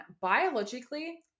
biologically